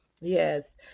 Yes